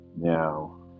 now